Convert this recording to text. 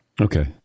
Okay